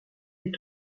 est